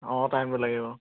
অঁ টাইমটো লাগিব